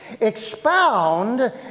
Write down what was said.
expound